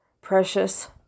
precious